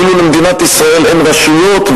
כאילו למדינת ישראל אין רשויות,